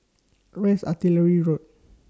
Where IS Artillery Road